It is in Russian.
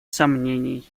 сомнений